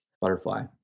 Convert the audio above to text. Butterfly